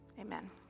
Amen